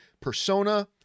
persona